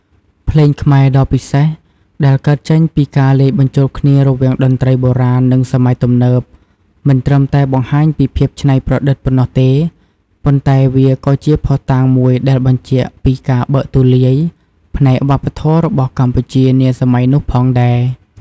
ភ្លេងខ្មែរ ដ៏ពិសេស ដែលកើតចេញពីការលាយបញ្ចូលគ្នារវាងតន្ត្រីបុរាណ និងសម័យទំនើប មិនត្រឹមតែបង្ហាញពីភាពច្នៃប្រឌិតប៉ុណ្ណោះទេ ប៉ុន្តែវាក៏ជាភស្តុតាងមួយដែលបញ្ជាក់ពី ការបើកទូលាយផ្នែកវប្បធម៌របស់កម្ពុជានាសម័យនោះផងដែរ។